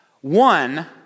One